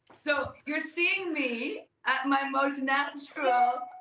so you're seeing me at my most natural